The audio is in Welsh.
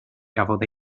gafodd